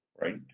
right